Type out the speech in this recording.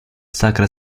sacra